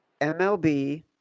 MLB